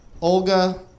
Olga